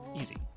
easy